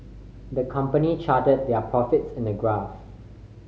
the company charted their profits in a graph